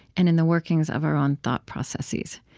and in the workings of our own thought processes.